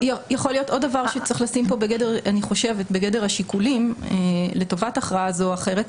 עוד דבר שצריך לשים לב בגדר השיקולים לטובת הכרעה זו או אחרת.